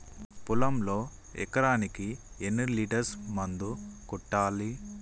పొలంలో ఎకరాకి ఎన్ని లీటర్స్ మందు కొట్టాలి?